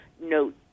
note